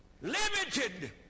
Limited